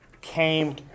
came